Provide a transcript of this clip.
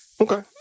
Okay